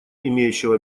имеющего